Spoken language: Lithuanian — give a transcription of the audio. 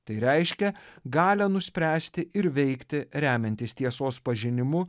tai reiškia galią nuspręsti ir veikti remiantis tiesos pažinimu